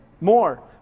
more